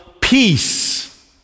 peace